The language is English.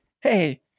hey